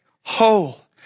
whole